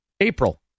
April